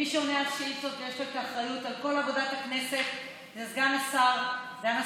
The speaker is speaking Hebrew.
מי שעונה על שאילתות ויש לו אחריות לכל עבודת הכנסת זה סגן השרה מקלב,